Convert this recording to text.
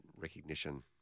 recognition